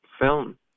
film